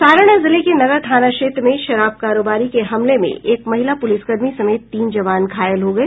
सारण जिले के नगर थाना क्षेत्र में शराब कारोबारी के हमले में एक महिला पुलिसकर्मी समेत तीन जवान घायल हो गये